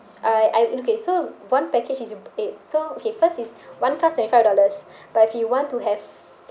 I I okay so one package is it a~ so okay first is one class twenty five dollars but if you want to have